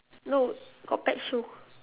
no got pet show